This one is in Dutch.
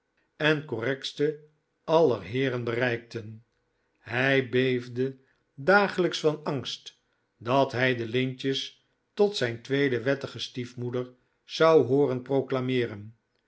en correctste aller heeren bereikten hij beefde dagelijks van angst dat hij de lintjes tot zijn tweede wettige stiefmoeder zou hooren proclameeren